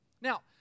Now